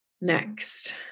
Next